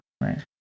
right